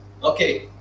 Okay